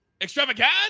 Extravaganza